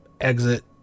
exit